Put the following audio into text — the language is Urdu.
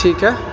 ٹھیک ہے